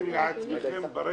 יריתם לעצמכם ברגל.